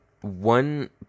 one